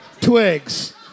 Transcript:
Twigs